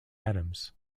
adams